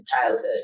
childhood